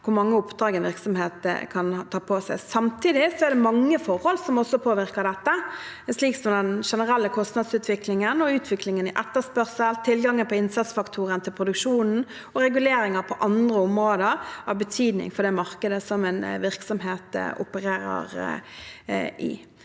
hvor mange oppdrag en virksomhet kan påta seg. Samtidig er det mange forhold som også påvirker dette, slik som den generelle kostnadsutviklingen og utviklingen innen etterspørsel, tilgangen på innsatsfaktorer til produksjonen og reguleringer på andre områder av betydning for det markedet som en virksomhet opererer i.